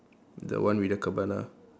the one with the cabana